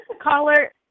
Caller